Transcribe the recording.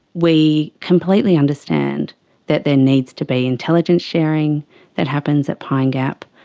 we completely understand that there needs to be intelligence sharing that happens at pine gap,